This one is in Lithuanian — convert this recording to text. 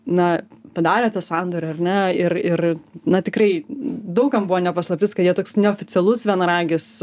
na padarė tą sandorį ar ne ir ir na tikrai daug kam buvo ne paslaptis kad jie toks neoficialus vienaragis